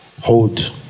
hold